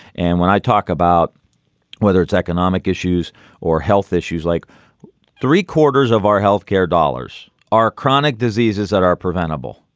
and when i talk about whether it's economic issues or health issues, like three quarters of our health care dollars are chronic diseases that are preventable.